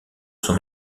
son